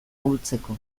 ahultzeko